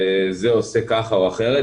זה עושה ככה או אחרת,